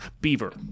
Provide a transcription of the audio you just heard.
Beaver